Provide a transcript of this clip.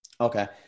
Okay